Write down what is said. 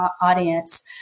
audience